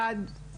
אחד,